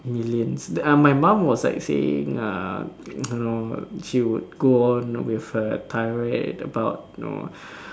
millions uh my mum was like saying uh you know she would go on with her tirade about know